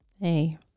hey